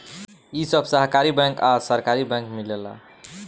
इ सब सहकारी बैंक आ सरकारी बैंक मिलेला